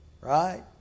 Right